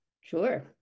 Sure